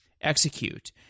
execute